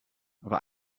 aber